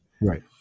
Right